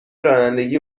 رانندگی